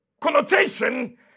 connotation